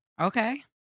Okay